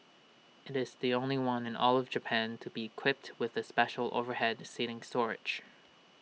IT is the only one in all of Japan to be equipped with the special overhead seating storage